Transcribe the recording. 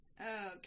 Okay